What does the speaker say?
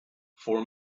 four